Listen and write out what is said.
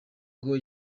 ngo